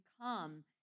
come